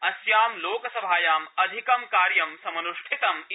अस्यां लोकसभायां अधिकं कार्य ं समनुष्ठितम् इति